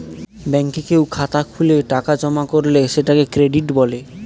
ব্যাঙ্কে কেউ খাতা খুলে টাকা জমা করলে সেটাকে ক্রেডিট বলে